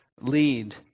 lead